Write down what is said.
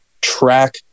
track